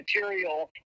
material